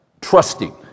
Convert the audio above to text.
trusting